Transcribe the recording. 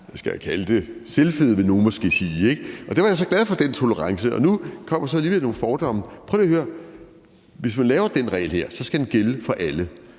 jeg kalde det? – selvfede, vil nogle måske sige. Der var jeg så glad for den tolerance, og nu kommer der så alligevel nogle fordomme. Prøv lige at høre: Hvis man laver den her regel, skal den gælde for alle,